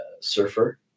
surfer